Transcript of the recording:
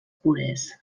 pures